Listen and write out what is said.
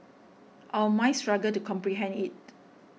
our minds struggle to comprehend it